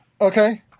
Okay